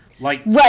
Right